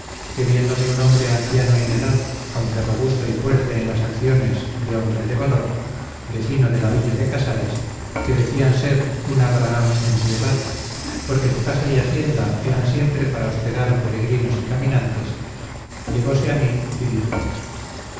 que viéndome un hombre anciano en edad aunque robusto y fuerte en las acciones de hombre de valor vecino de la villa de casares que decían ser un abraham en piedad porque su casa y hacienda era siempre para hospedar peregrinos y caminantes llegose a mí y dijo